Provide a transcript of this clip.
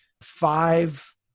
five